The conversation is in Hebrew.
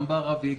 גם בערבי,